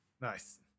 Nice